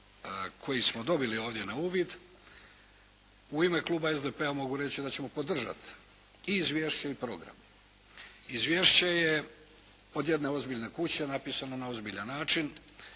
koji smo dobili ovdje na uvid u ime kluba SDP-a mogu reći da ćemo podržati i izvješće i program. Izvješće je od jedne ozbiljne kuće napisano na ozbiljan način